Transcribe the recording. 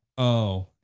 oh.